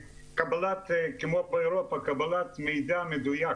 כמו באירופה, של קבלת מידע מדויק